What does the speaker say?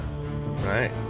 right